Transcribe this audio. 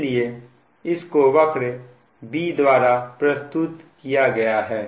इसलिए इसको वक्र B द्वारा प्रस्तुत किया गया है